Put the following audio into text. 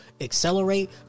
accelerate